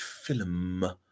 film